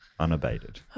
Unabated